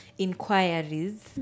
inquiries